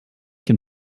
can